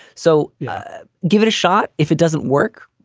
so give it a shot. if it doesn't work,